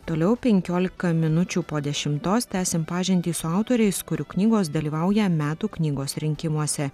toliau penkiolika minučių po dešimtos tęsim pažintį su autoriais kurių knygos dalyvauja metų knygos rinkimuose